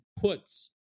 puts